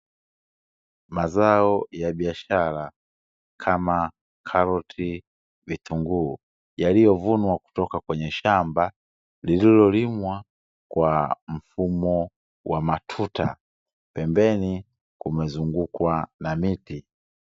Mazao ya biashara kama karoti, vitunguu yaliyovunwa kutoka kwenye shamba lililolimwa kwa mfumo wa matuta, pembeni kumezungukwa na miti.